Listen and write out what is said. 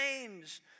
Change